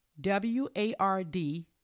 W-A-R-D